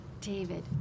David